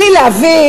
בלי להבין,